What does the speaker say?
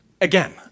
Again